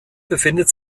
befindet